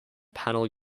panel